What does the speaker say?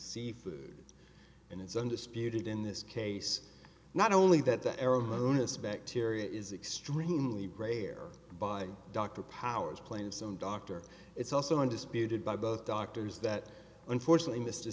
seafood and it's undisputed in this case not only that the erroneous bacteria is extremely brave there by dr powers playing some doctor it's also undisputed by both doctors that unfortunately mr